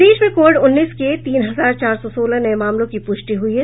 प्रदेश में कोविड उन्नीस के तीन हजार चार सौ सोलह नये मामलों की पुष्टि हुई है